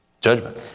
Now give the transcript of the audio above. Judgment